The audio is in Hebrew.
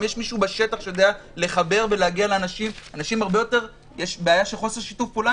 אם יש מישהו בשטח שיודע לחבר ולהגיע לאנשים יש חוסר שיתוף פעולה